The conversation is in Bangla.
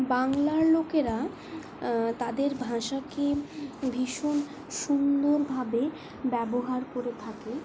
বাংলার লোকেরা তাদের ভাষাকে ভীষণ সুন্দরভাবে ব্যবহার করে থাকে